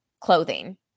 clothing